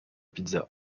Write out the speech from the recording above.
pizzas